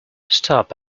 stop